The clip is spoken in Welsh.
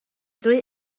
drwy